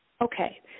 Okay